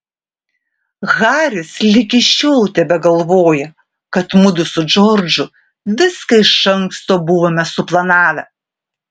haris ligi šiol tebegalvoja kad mudu su džordžu viską iš anksto buvome suplanavę